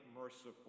merciful